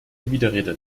widerrede